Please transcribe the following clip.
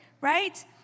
right